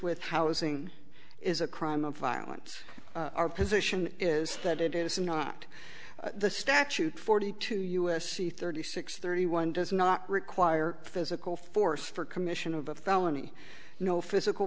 with housing is a crime of violence our position is that it is not the statute forty two u s c thirty six thirty one does not require physical force for commission of a felony no physical